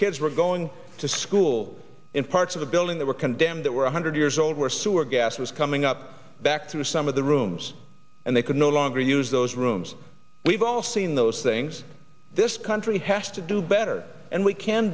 kids were going to school in parts of the building that were condemned that were one hundred years old where sewer gas was coming up back through some of the rooms and they could no longer use those rooms we've all seen those things this country has to do better and we can